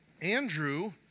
Andrew